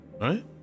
Right